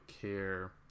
care